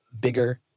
bigger